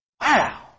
Wow